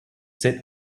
sit